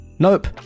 Nope